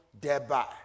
thereby